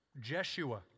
Jeshua